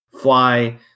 Fly